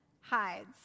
hides